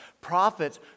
prophets